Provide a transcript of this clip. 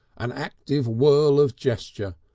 an active whirl of gesture,